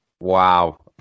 Wow